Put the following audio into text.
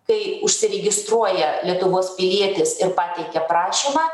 kai užsiregistruoja lietuvos pilietis ir pateikia prašymą